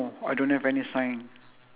ah yes correct how many